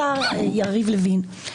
השר יריב לוין,